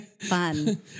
Fun